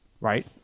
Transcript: Right